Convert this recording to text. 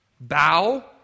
Bow